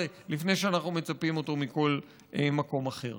לפני שאנחנו מצפים אותו מכל גורם אחר.